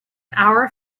our